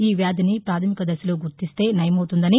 ఈ వ్యాధిని పాధమిక దశలో గుర్తిస్తే నయమపుతుందని